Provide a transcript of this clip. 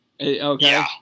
Okay